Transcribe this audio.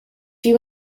you